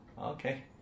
Okay